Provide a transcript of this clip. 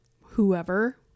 whoever